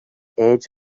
edge